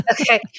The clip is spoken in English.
okay